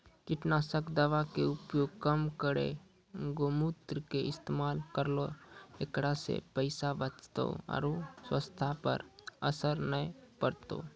कीटनासक दवा के उपयोग कम करौं गौमूत्र के इस्तेमाल करहो ऐकरा से पैसा बचतौ आरु स्वाथ्य पर असर नैय परतौ?